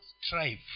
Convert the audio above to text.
strive